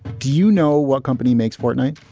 do you know what company makes fortnight